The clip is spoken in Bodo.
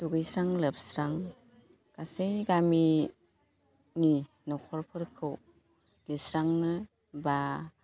दुगैस्रां लोबस्रां गासै गामिनि न'खरफोरखौ बिस्रांनो बा